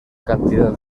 cantidad